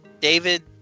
David